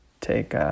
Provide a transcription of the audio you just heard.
take